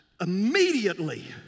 immediately